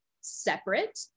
separate